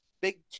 Big